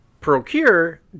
Procure